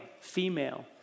female